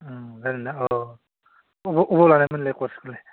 ओरैनो औ अबाव अबाव लानायमोन नोंलाय कर्सखौलाय